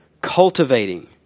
cultivating